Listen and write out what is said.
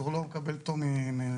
אז הוא לא מקבל פטור ממלווה.